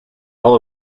all